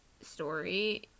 story